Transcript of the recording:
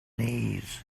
knees